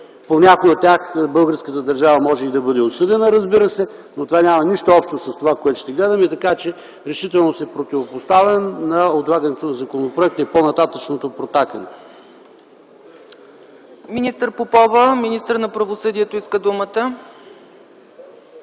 По някои от тях българската държава може да бъде и осъдена, разбира се, но това няма нищо общо с онова, което ще гледаме. Така че решително се противопоставям на отлагането на законопроекта и по-нататъшното протакане. ПРЕДСЕДАТЕЛ ЦЕЦКА ЦАЧЕВА: Министърът на правосъдието Маргарита